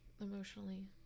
Emotionally